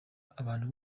abantu